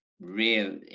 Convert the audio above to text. real